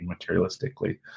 materialistically